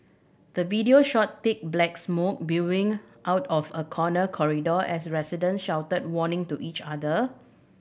the video showed thick black smoke billowing out of a corner corridor as residents shouted warning to each other